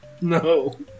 No